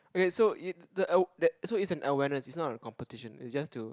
okay so it so it's an awareness it's not a competition is just to